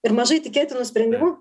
ir mažai tikėtinu sprendimu